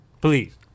Please